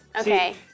Okay